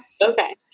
okay